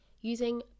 using